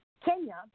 Kenya